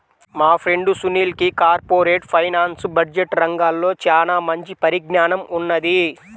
మా ఫ్రెండు సునీల్కి corporate finance, budget రంగాల్లో చానా మంచి పరిజ్ఞానం ఉన్నది